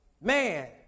Man